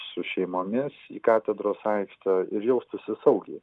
su šeimomis į katedros aikštę ir jaustųsi saugiai